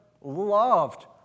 loved